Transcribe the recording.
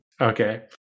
Okay